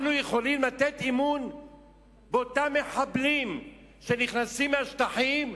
אנחנו יכולים לתת אמון באותם מחבלים שנכנסים מהשטחים?